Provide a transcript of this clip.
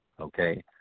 okay